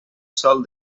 sol